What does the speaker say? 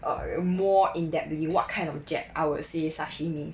err more in depth really you what kind of jap~ I would say sashimi